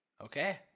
Okay